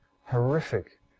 horrific